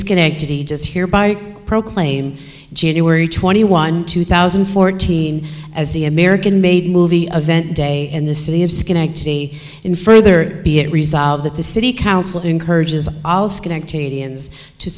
schenectady just hereby proclaim january twenty one two thousand and fourteen as the american made movie of that day and the city of schenectady in further be it resolved that the city council encourages